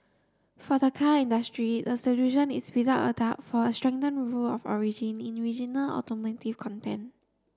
for the car industry the solution is without a doubt for a strengthened rule of origin in regional automotive content